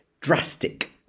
drastic